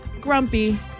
Grumpy